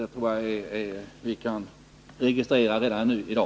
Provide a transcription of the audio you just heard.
Det tror jag att vi kan registrera redan i dag.